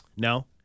No